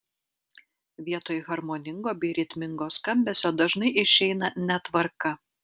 vietoj harmoningo bei ritmingo skambesio dažnai išeina netvarka